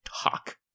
talk